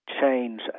change